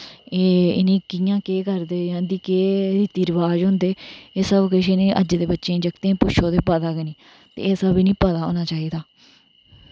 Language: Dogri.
इनें कियां केह् करदे जां इं'दे केह् रीति रवाज होंदे एह् सब किश इनेंई अज दे बच्चेंई जागतें पुच्छो ते पता गै नी ते एह् सब इनें पता होना चाहिदा